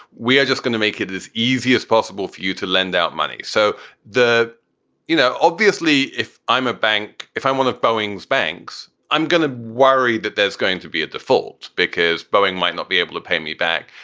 we are just going to make it as easy as possible for you to lend out money. so the you know, obviously, if i'm a bank, if i'm one of bowings banks, i'm going to worry that there's going to be a default because boeing might not be able to pay me back.